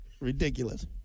Ridiculous